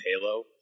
Halo